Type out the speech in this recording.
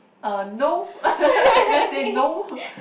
err no let's say no